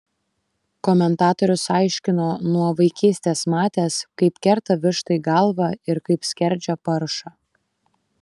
komentatorius aiškino nuo vaikystės matęs kaip kerta vištai galvą ir kaip skerdžia paršą